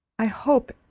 i hope,